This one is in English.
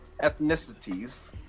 ethnicities